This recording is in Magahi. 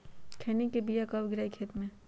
खैनी के बिया कब गिराइये खेत मे?